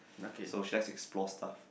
so she likes to explore stuff